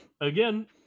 again